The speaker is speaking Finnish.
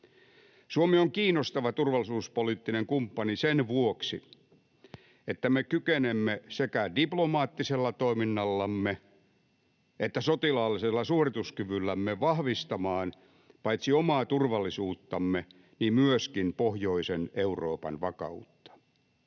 Suomi on kiinnostava turvallisuuspoliittinen kumppani sen vuoksi, että me kykenemme sekä diplomaattisella toiminnallamme että sotilaallisella suorituskyvyllämme vahvistamaan paitsi omaa turvallisuuttamme myöskin pohjoisen Euroopan vakautta.